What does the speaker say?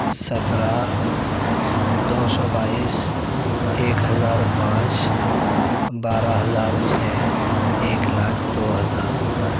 سترہ دو سو بائیس ایک ہزار پانچ بارہ ہزار چھ ایک لاکھ دو ہزار